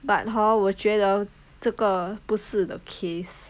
but hor 我觉得这个不是 the case